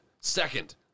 Second